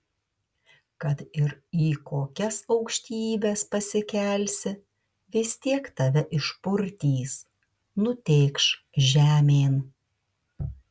kad ir į kokias aukštybes pasikelsi vis tiek tave išpurtys nutėkš žemėn